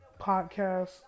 podcast